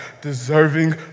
deserving